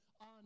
on